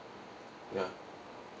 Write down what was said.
ya